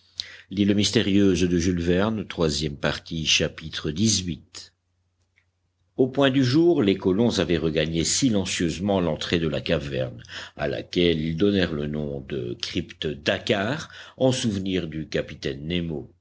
xviii au point du jour les colons avaient regagné silencieusement l'entrée de la caverne à laquelle ils donnèrent le nom de crypte dakkar en souvenir du capitaine nemo